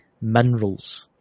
minerals